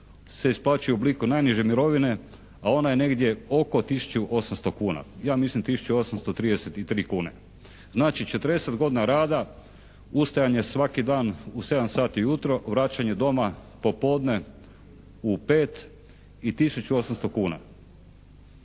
se isplaćuje u obliku najniže mirovine, a ona je negdje oko 1.800,00 kuna, ja mislim 1.833,00 kune. Znači 40 godina rada, ustajanja svaki dan u 7 sati u jutro, vraćanje doma po podne u 5 i 1.800,00 kuna.